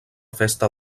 festa